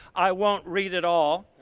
i won't read it all,